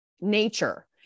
nature